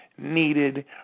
needed